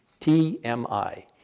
TMI